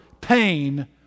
pain